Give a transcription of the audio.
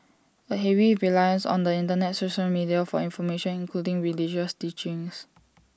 A heavy reliance on the Internet social media for information including religious teachings